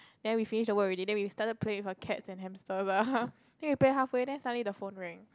then we finished the work already then we started playing with her cats and hamster lah then we were playing halfway then suddenly the phone rang